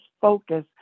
focus